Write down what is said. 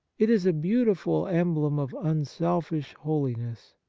it is a beautiful emblem of unselfish holiness.